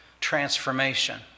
transformation